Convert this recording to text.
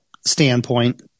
standpoint